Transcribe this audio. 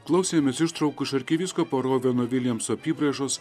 klausėmės ištraukų iš arkivyskupo robino viljamso apybraižos